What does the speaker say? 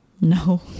No